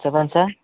చెప్పండి సార్